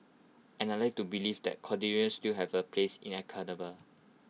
and I'd like to believe that still have A place in academe